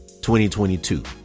2022